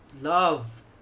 love